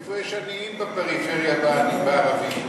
איפה יש עניים בפריפריה במגזר הערבי?